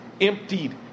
emptied